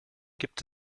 gibt